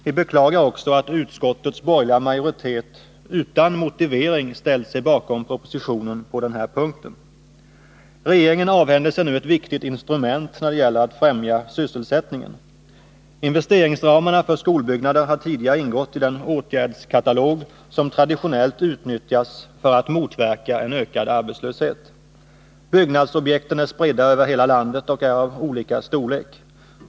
Vi beklagar också att utskottets borgerliga majoritet utan motivering ställt sig bakom propositionen på denna punkt. Regeringen avhänder sig nu ett viktigt instrument när det gäller att främja sysselsättningen. Investeringsramarna för skolbyggnader har tidigare ingått i den åtgärdskatalog som traditionellt utnyttjas för att motverka en ökad arbetslöshet. Byggnadsobjekten är spridda över hela landet och är av olika storlek.